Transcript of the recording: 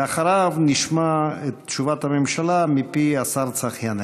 ואחריו נשמע את תשובת הממשלה מפי השר צחי הנגבי.